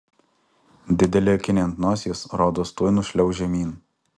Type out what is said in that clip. dideli akiniai ant nosies rodos tuoj nušliauš žemyn